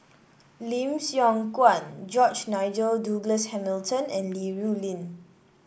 Lim Siong Guan George Nigel Douglas Hamilton and Li Rulin